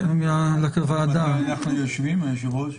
עד מתי אנחנו יושבים, אדוני היושב-ראש?